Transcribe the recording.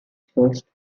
first